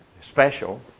special